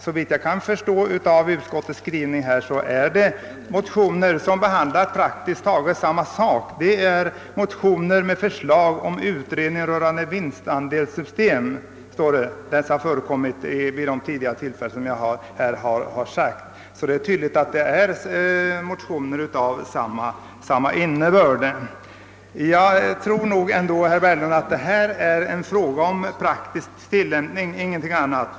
Såvitt jag kan förstå av utskottets skrivning var det då fråga om motioner som behandlade praktiskt taget samma sak. Det gällde motioner med förslag om utredning rörande ett vinstandelssystem. Det är tydligt att dessa motioner hade samma innebörd som de nu föreliggande. Jag tror, herr Berglund, att detta är en fråga om praktisk tillämpning och ingenting annat.